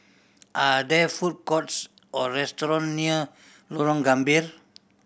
are there food courts or restaurant near Lorong Gambir